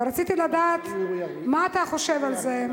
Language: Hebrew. ורציתי לדעת מה אתה חושב על זה,